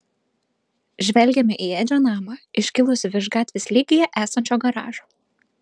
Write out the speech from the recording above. žvelgėme į edžio namą iškilusį virš gatvės lygyje esančio garažo